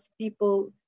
people